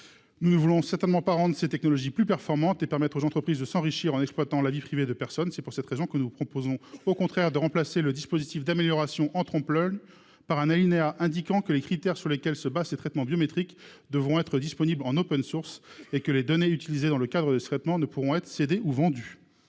Nous ne voulons certainement pas rendre ces technologies plus performantes et permettre aux entreprises de s'enrichir en exploitant la vie privée des personnes. C'est la raison pour laquelle nous proposons au contraire de remplacer le dispositif d'amélioration en trompe-l'oeil par un alinéa visant à indiquer que les critères sur lesquels se fondent ces traitements biométriques devront être disponibles en et que les données utilisées dans le cadre de ces traitements ne pourront être cédées ni vendues.